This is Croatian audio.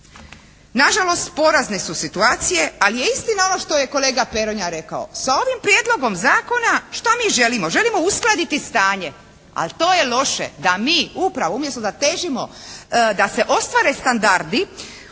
Na žalost porazne su situacije, ali je istina ono što je kolega Peronja rekao, sa ovim prijedlogom zakona šta mi želimo. Želimo uskladiti stanje, a to je loše, da mi upravo umjesto da težimo da se ostvare standardi